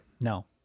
no